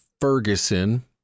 Ferguson